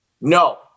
No